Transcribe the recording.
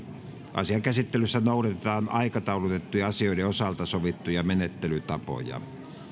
asian käsittelyssä noudatetaan aikataulutettujen asioiden osalta sovittuja menettelytapoja